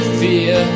fear